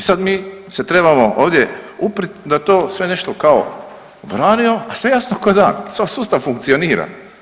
I sad mi se trebamo ovdje uprit da to sve nešto kao branimo, a sve jasno kao dan, sav sustav funkcionira.